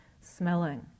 smelling